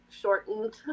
shortened